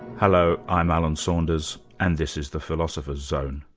hello, i'm alan saunders and this is the philosopher's zone.